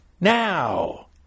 now